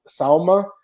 salma